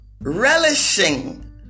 relishing